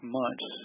months